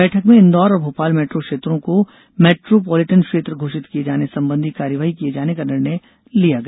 बैठक में इन्दौर और भोपाल मेट्रो क्षेत्रों को मेट्रो पोलीटन क्षेत्र घोषित किये जाने संबंधी कार्यवाही किये जाने का निर्णय लिया गया